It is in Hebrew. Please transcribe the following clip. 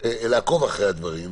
כל הדבר הזה של ה-VC,